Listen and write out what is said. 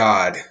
God